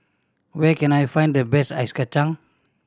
where can I find the best ice kacang